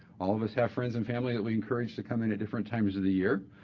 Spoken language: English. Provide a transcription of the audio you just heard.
all of us have friends and family that we encourage to come in at different times of the year.